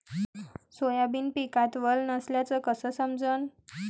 Soybean पिकात वल नसल्याचं कस समजन?